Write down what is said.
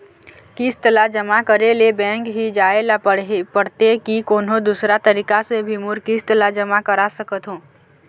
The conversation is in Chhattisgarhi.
किस्त ला जमा करे ले बैंक ही जाए ला पड़ते कि कोन्हो दूसरा तरीका से भी मोर किस्त ला जमा करा सकत हो?